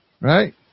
right